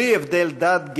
בלי הבדל דת,